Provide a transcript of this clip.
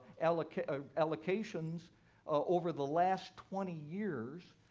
allocations allocations over the last twenty years,